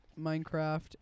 Minecraft